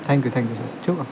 thank you thank you sir ठेवू का